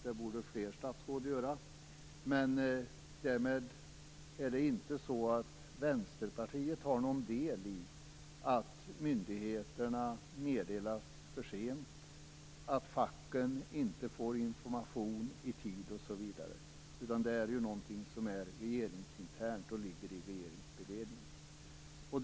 Det borde fler statsråd göra. Men därmed har inte Vänsterpartiet någon del i att myndigheterna meddelas för sent, att facken inte får information i tid osv., utan det är någonting som är regeringsinternt och ligger i regeringens beredning.